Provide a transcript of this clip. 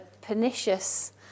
pernicious